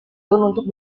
untuk